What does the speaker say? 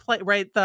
right